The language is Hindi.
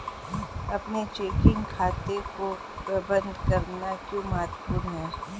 अपने चेकिंग खाते को प्रबंधित करना क्यों महत्वपूर्ण है?